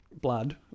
blood